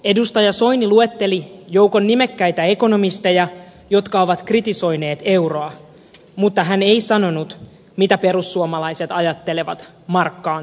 edustaja soini luetteli joukon nimekkäitä ekonomisteja jotka ovat kritisoineet euroa mutta hän ei sanonut mitä perussuomalaiset ajattelevat markkaan siirtymisestä